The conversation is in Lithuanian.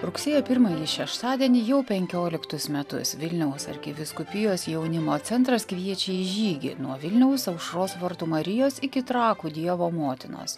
rugsėjo pirmąjį šeštadienį jau penkioliktus metus vilniaus arkivyskupijos jaunimo centras kviečia į žygį nuo vilniaus aušros vartų marijos iki trakų dievo motinos